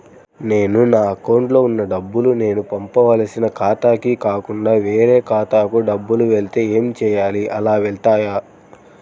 నేను నా అకౌంట్లో వున్న డబ్బులు నేను పంపవలసిన ఖాతాకి కాకుండా వేరే ఖాతాకు డబ్బులు వెళ్తే ఏంచేయాలి? అలా వెళ్తాయా?